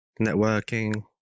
networking